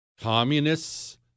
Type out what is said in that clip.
Communists